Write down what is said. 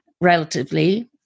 relatively